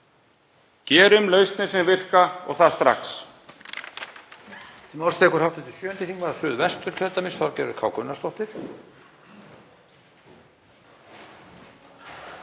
Finnum lausnir sem virka og það strax.